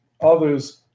Others